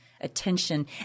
attention